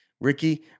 ricky